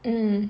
mm